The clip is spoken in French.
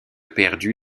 perdu